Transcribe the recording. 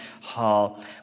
hall